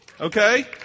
Okay